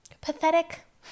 pathetic